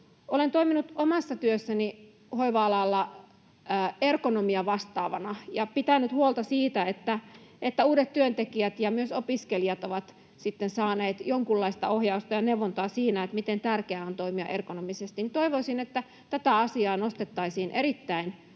Olen toiminut omassa työssäni hoiva-alalla ergonomiavastaavana ja pitänyt huolta siitä, että uudet työntekijät ja myös opiskelijat ovat sitten saaneet jonkinlaista ohjausta ja neuvontaa siinä, miten tärkeää on toimia ergonomisesti. Toivoisin, että tätä asiaa nostettaisiin erittäin